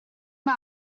mae